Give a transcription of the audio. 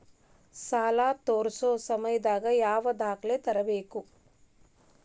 ಸಾಲಾ ತೇರ್ಸೋ ಸಮಯದಾಗ ಯಾವ ದಾಖಲೆ ತರ್ಬೇಕು?